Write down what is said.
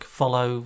follow